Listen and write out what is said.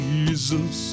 Jesus